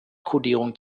kodierung